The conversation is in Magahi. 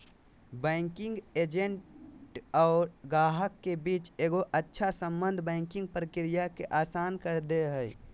बैंकिंग एजेंट और गाहक के बीच एगो अच्छा सम्बन्ध बैंकिंग प्रक्रिया के आसान कर दे हय